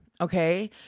Okay